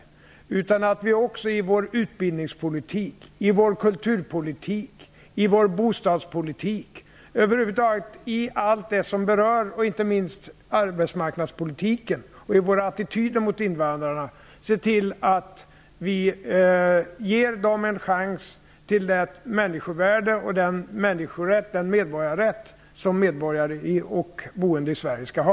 I stället skall vi också i vår utbildningspolitik, kulturpolitik, bostadspolitik och inte minst i arbetsmarknadspolitiken samt i våra attityder mot invandrarna se till att vi ger dem en chans till det människovärde och den medborgarrätt som medborgare och boende i Sverige skall ha.